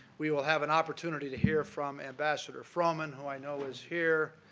we will have an opportunity to hear from ambassador froman, who i know is here.